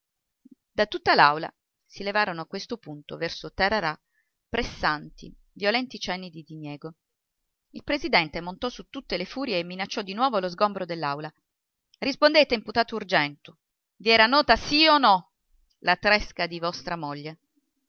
da tutta l'aula si levarono a questo punto verso tararà pressanti violenti cenni di diniego il presidente montò su tutte le furie e minacciò di nuovo lo sgombro dell'aula rispondete imputato argentu vi era nota sì o no la tresca di vostra moglie